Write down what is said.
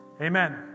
Amen